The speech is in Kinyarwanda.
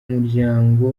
umuryango